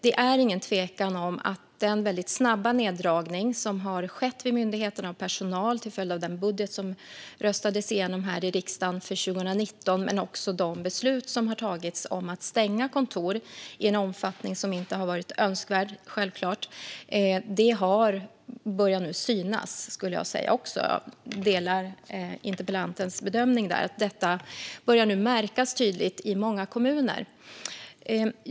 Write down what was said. Det är ingen tvekan om att effekterna av den väldigt snabba neddragning av personal som har skett vid myndigheten till följd av den budget för 2019 som röstades igenom här i riksdagen, men också effekterna av de beslut som har tagits om att stänga kontor i en omfattning som självklart inte har varit önskvärd, nu börjar synas. Här delar jag interpellantens bedömning: Detta börjar nu märkas tydligt i många kommuner.